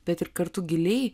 bet ir kartu giliai